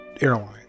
airline